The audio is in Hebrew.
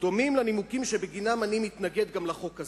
לנימוקים שבגינם אני מתנגד גם לחוק הזה.